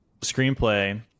screenplay